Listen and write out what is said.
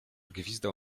gwizdał